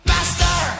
Master